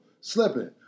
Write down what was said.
slipping